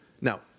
Now